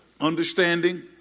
understanding